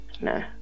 No